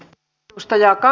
älä osta jatkaa